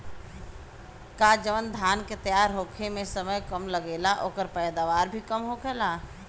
का जवन धान के तैयार होखे में समय कम लागेला ओकर पैदवार भी कम होला?